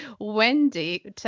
Wendy